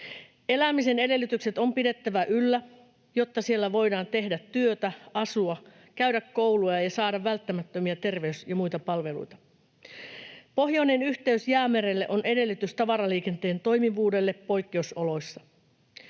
Elämisen edellytykset on pidettävä yllä, jotta siellä voidaan tehdä työtä, asua, käydä koulua ja saada välttämättömiä terveys- ja muita palveluita. Pohjoinen yhteys Jäämerelle on edellytys tavaraliikenteen toimivuudelle poikkeusoloissa.